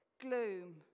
gloom